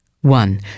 One